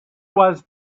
was